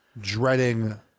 dreading